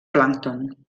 plàncton